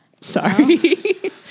Sorry